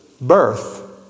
birth